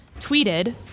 tweeted